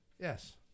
Yes